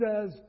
says